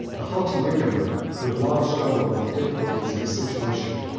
the haughty ricimer, who had long struggled with the difficulties of his situation,